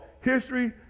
history